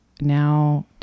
now